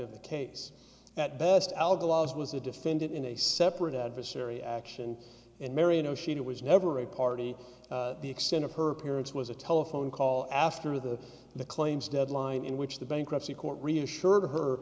of the case at best al the last was a defendant in a separate adversary action and marion oh she was never a party the extent of her parents was a telephone call after the the claims deadline in which the bankruptcy court reassured her